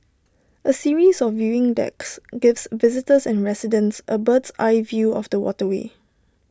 A series of viewing decks gives visitors and residents A bird's eye view of the waterway